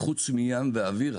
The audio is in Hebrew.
חוץ מים ואוויר,